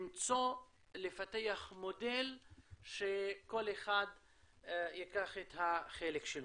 לפתח מודל שכל אחד ייקח את החלק שלו.